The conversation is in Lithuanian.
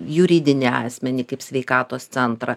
juridinį asmenį kaip sveikatos centrą